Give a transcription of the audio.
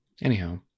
anyhow